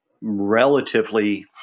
relatively